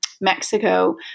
Mexico